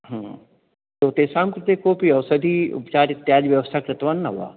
तो तेषां कृते कोऽपि औषध उपचारइत्यादिव्यवस्थां कृतवान् न वा